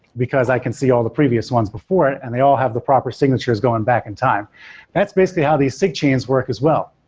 because i can see all the previous ones before it and they all have the proper signatures going back in time that's basically how these sigchains work as well.